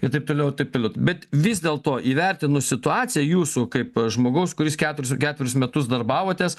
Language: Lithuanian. i taip toliau i taip toliau bet vis dėlto įvertinus situaciją jūsų kaip žmogaus kuris keturis ketverius metus darbavotės